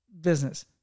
business